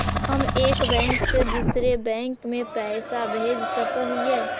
हम एक बैंक से दुसर बैंक में पैसा भेज सक हिय?